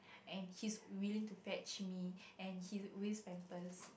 and he's willing to fetch me and he always pampers